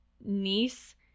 niece